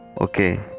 okay